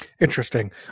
Interesting